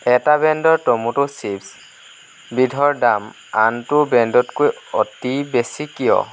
এটা ব্ৰেণ্ডৰ tomato chips বিধৰ দাম আনটো ব্ৰেণ্ডতকৈ অতি বেছি কিয়